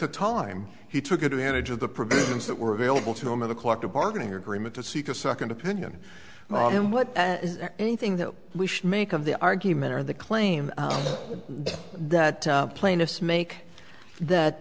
the time he took advantage of the provisions that were available to him in the collective bargaining agreement to seek a second opinion and what anything that we should make of the argument or the claim that plaintiffs make that